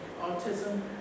Autism